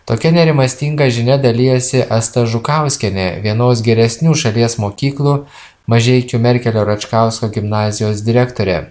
tokia nerimastinga žinia dalijosi asta žukauskienė vienos geresnių šalies mokyklų mažeikių merkelio račkausko gimnazijos direktorė